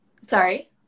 Sorry